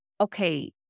okay